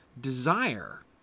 desire